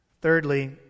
Thirdly